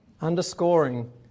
underscoring